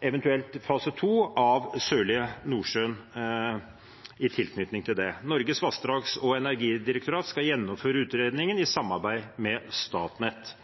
eventuelt omfatte fase to av Sørlige Nordsjø i tilknytning til det. Norges vassdrags- og energidirektorat skal gjennomføre utredningen i samarbeid